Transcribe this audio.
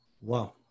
Wow